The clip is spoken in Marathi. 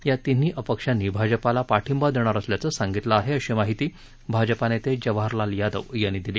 या तिन्ही अपक्षांनी भाजपाला पाठिंबा देणार असल्याचं सांगितलं आहे अशी माहिती भाजपा नेते जवाहर यादव यांनी दिली